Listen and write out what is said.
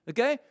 Okay